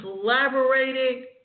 collaborating